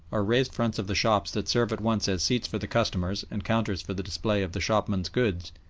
or raised fronts of the shops that serve at once as seats for the customers and counters for the display of the shopman's goods,